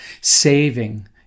saving